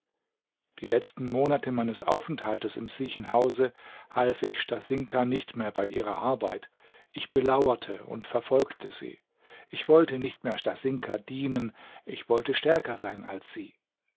die letzten monate meines aufenthaltes im siechenhause half ich stasinka nicht mehr bei ihrer arbeit ich belauerte und verfolgte sie ich wollte nicht mehr stasinka dienen ich wollte stärker sein als sie